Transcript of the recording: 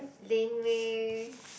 Laneway